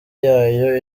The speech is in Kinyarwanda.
yayo